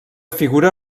figura